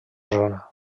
zona